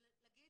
ולהגיד